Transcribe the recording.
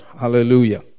Hallelujah